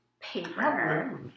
paper